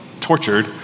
tortured